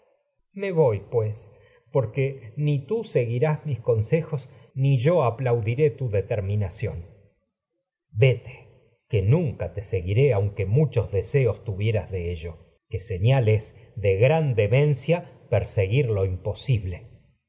me voy pues porque ni tú seguirás consejos ni yo aplaudiré tu determinación que nunca te electra yete chos deseos seguiré señal aunque es mu tuvieras de ello que de gran demencia perseguir lo imposible